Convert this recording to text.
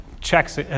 checks